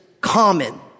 common